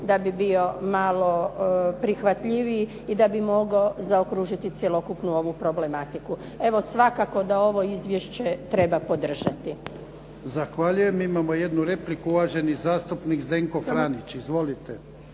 da bi bio malo prihvatljiviji i da bi mogao zaokružiti cjelokupnu ovu problematiku. Evo, svakako da ovo izvješće treba podržati. **Jarnjak, Ivan (HDZ)** Zahvaljujem. Imamo jednu repliku uvaženi zastupnik Zdenko Franić. Izvolite.